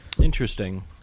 Interesting